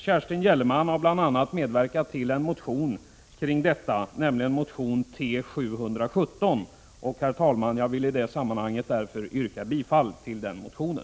Kerstin Gellerman har bl.a. medverkat till en motion i ärendet, T717. Herr talman! Jag yrkar bifall till den motionen.